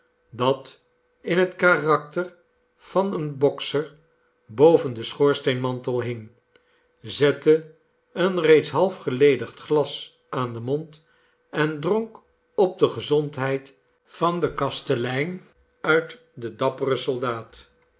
dat in het karakter van een bokser boven den schoorsteenmantel hing zette een reeds half geledigd glas aan den mond en dronk op de gezondheid van den kastelein uit de dappere soldaat